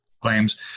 claims